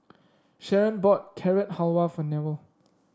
Sheron bought Carrot Halwa for Newell